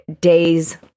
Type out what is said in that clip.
days